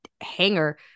hanger